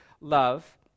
love